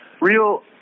Real